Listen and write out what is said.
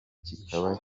kikaba